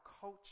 culture